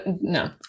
No